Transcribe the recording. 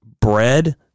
bread